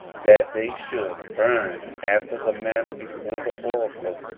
that they should burn after the manner before the oracle,